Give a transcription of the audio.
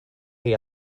chi